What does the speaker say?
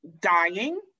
dying